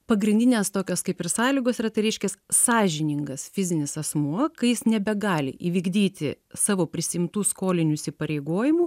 pagrindinės tokios kaip ir sąlygos yra tai reiškias sąžiningas fizinis asmuo kai jis nebegali įvykdyti savo prisiimtų skolinių įsipareigojimų